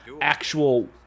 actual